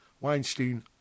Weinstein